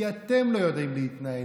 כי אתם לא יודעים להתנהל.